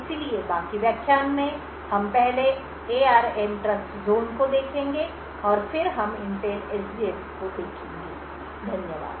इसलिए बाकी व्याख्यान में हम पहले एआरएम ट्रस्टज़ोन को देखेंगे और फिर हम इंटेल एसजीएक्स को देखेंगे धन्यवाद